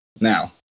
Now